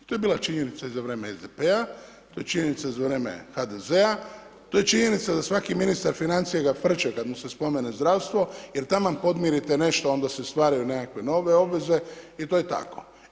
To je bila činjenica i za vrijeme SDP-a, to je činjenica za vrijeme HDZ-a, to je činjenica za svaki ministar financija ga frče kada mu se spomene zdravstvo jer taman podmirite nešto onda se stvaraju nekakve nove obveze i to je tako.